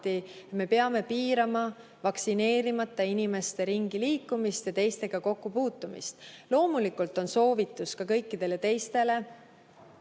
me peame piirama vaktsineerimata inimeste ringiliikumist ja teistega kokkupuutumist. Loomulikult on soovitus ka kõikidele teistele